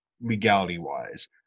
legality-wise